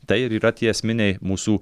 tai ir yra tie esminiai mūsų